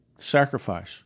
sacrifice